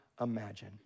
imagine